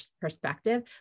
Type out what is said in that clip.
perspective